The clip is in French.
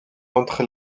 entre